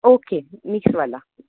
okay मिक्सवाला